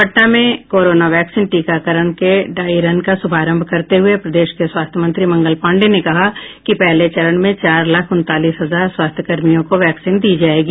पटना में corona vaccine टीकाकरण के ड्राई रन का शुभारंभ करते हुये प्रदेश के स्वास्थ्य मंत्री मंगल पाण्डेय ने कहा कि पहले चरण में चार लाख उनतालीस हजार स्वास्थ्यकर्मियों को वैक्सीन दी जायेगी